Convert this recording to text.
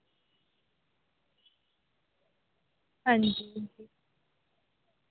हां जी हां जी